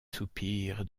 soupir